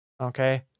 okay